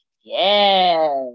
Yes